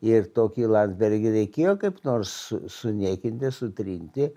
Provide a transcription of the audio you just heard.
ir tokį landsbergį reikėjo kaip nors su suniekinti sutrinti